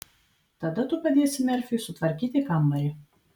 tada tu padėsi merfiui sutvarkyti kambarį